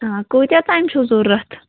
آ کۭتیٛاہ تام چھُو ضوٚرَتھ